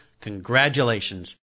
congratulations